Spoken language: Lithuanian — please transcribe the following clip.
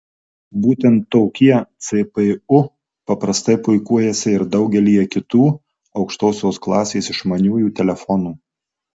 būtent tokie cpu paprastai puikuojasi ir daugelyje kitų aukštosios klasės išmaniųjų telefonų